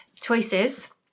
Choices